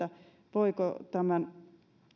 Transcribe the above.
voiko tämän